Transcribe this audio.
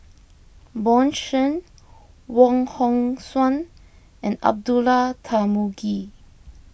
Bjorn Shen Wong Hong Suen and Abdullah Tarmugi